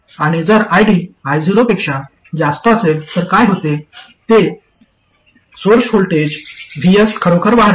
आणि जर ID I0 पेक्षा जास्त असेल तर काय होते ते सोर्स व्होल्टेज Vs खरोखर वाढते